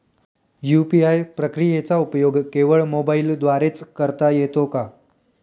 UPI प्रक्रियेचा उपयोग केवळ मोबाईलद्वारे च करता येतो का?